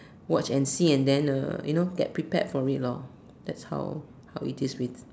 watch and see and then uh you know get prepared for it lor that is how how it is with